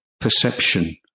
perception